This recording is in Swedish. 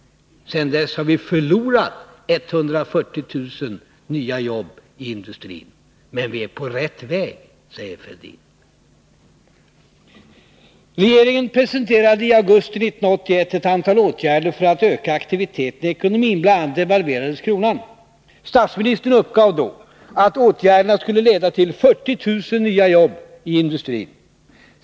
Sedan dess har vi förlorat 140 000 nya jobb i industrin. Men vi är på rätt väg, säger Thorbjörn. Fälldin. Regeringen presenterade i augusti 1981 ett antal åtgärder för att öka aktiviteten i ekonomin. Bl. a. devalverades kronan. Statsministern uppgav då att åtgärderna skulle leda till 40 000 nya jobb i industrin.